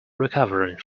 recovering